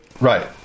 Right